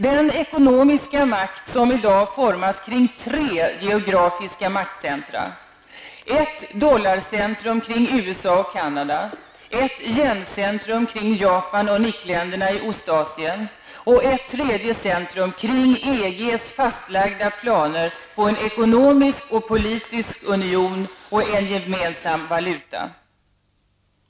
Den ekonomiska makten formas i dag kring tre geografiska maktcentra. Det gäller ett dollarcentrum kring USA och Canada, ett yencentrum kring Japan och mittländerna i Ostasien och ytterligare ett centrum kring EGs fastlagda planer på en ekonomisk och politisk union och en gemensam valuta.